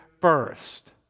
first